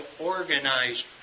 organize